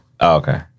Okay